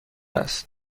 است